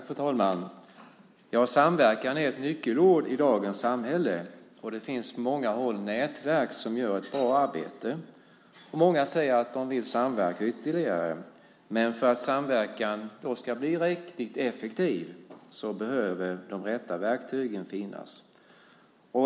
Fru talman! Samverkan är ett nyckelord i dagens samhälle. Det finns på många håll nätverk som gör ett bra arbete. Många säger att de vill samverka ytterligare, men för att samverkan då ska bli riktigt effektiv behöver de rätta verktygen finnas.